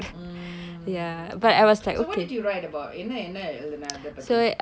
mm mm so what did you write about என்ன என்ன எழுதுனே அத பத்தி:enna enna eluthunae atha paththi